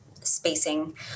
spacing